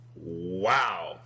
Wow